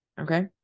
Okay